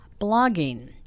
blogging